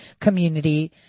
community